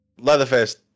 Leatherface